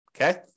Okay